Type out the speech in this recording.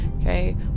Okay